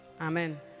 Amen